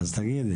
אז תגידי.